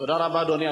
תודה רבה, אדוני.